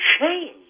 change